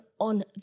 on